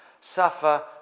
suffer